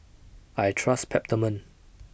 I Trust Peptamen